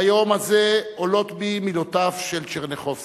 ביום הזה עולות בי מילותיו על טשרניחובסקי: